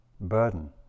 burden